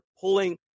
pulling –